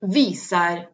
visar